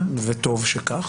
וטוב שכך.